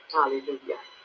Hallelujah